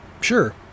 sure